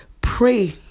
pray